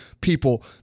people